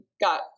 got